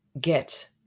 get